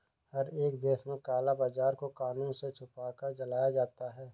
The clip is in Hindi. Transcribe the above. हर एक देश में काला बाजार को कानून से छुपकर चलाया जाता है